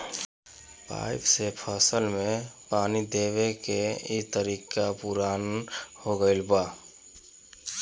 pipe से फसल में पानी देवे के इ तरीका पुरान हो गईल बा